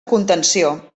contenció